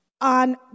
On